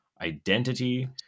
identity